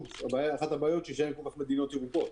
אחת הבעיות היא שאין כל כך מדינות ירוקות,